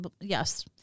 Yes